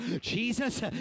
Jesus